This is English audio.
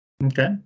Okay